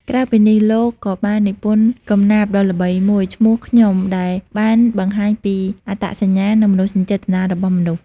ក្រៅពីនេះ លោកក៏បាននិពន្ធកំណាព្យដ៏ល្បីមួយឈ្មោះ ខ្ញុំ ដែលបានបង្ហាញពីអត្តសញ្ញាណ និងមនោសញ្ចេតនារបស់មនុស្ស។